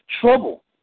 trouble